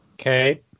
Okay